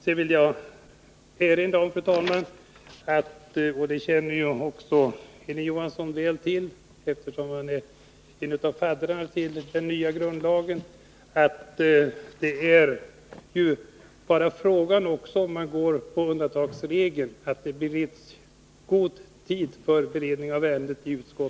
Sedan vill jag, fru talman, erinra om — och det känner också Hilding Johansson till väl, eftersom han är en av faddrarna till den nya grundlagen — att om man bestämmer sig för undantagsregeln gäller det att ge utskott och kammare god tid för beredningen av ärendet.